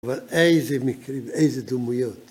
אבל איזה מקרים, איזה דמויות.